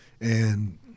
And-